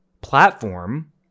platform